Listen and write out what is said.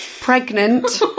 pregnant